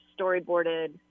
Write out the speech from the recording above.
storyboarded